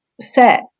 set